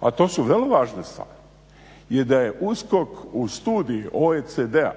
a to su vrlo važne stvari, da je USKOK u studiji OECD-a